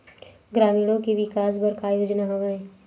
ग्रामीणों के विकास बर का योजना हवय?